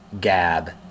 Gab